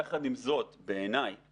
יחד עם זאת, בעיניי